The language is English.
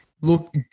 look